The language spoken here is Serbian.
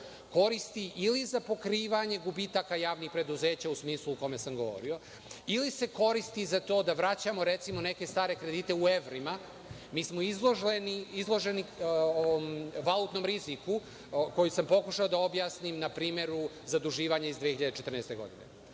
koristi ili za pokrivanje gubitaka javnih preduzeća u smislu u kome sam govorio, ili se koristi za to da vraćamo recimo neke stare kredite u evrima, mi smo izloženi valutnom riziku, koji sam pokušao da objasnim na primeru zaduživanja iz 2014. godine. Mislim